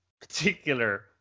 particular